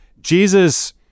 Jesus